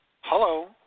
hello